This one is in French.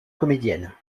comédienne